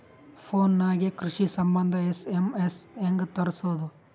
Phone ನಾಗೆ ಕೃಷಿ ಸಂಬಂಧ ಎಸ್.ಎಮ್.ಎಸ್ ಹೆಂಗ ತರಸೊದ?